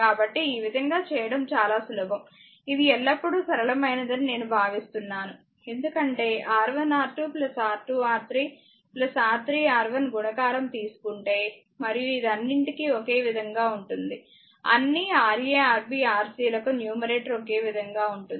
కాబట్టి ఈ విధంగా చేయడం చాలా సులభం ఇది ఎల్లప్పుడూ సరళమైనదని నేను భావిస్తున్నాను ఎందుకంటే R1R2 R2R3 R3R1 గుణకారం తీసుకుంటే మరియు ఇది అన్నింటికీ ఒకే విధంగా ఉంటుంది అన్నీ Ra Rb Rc లకు న్యూమరేటర్ ఒకే విధంగా ఉంటుంది